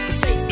say